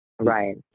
Right